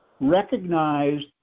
recognized